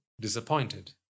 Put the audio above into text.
disappointed